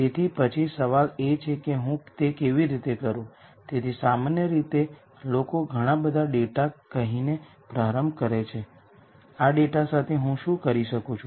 તેથી પછી સવાલ એ છે કે હું તે કેવી રીતે કરું તેથી સામાન્ય રીતે લોકો ઘણા બધા ડેટા કહીને પ્રારંભ કરે છે કે આ ડેટા સાથે હું શું કરી શકું છું